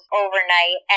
overnight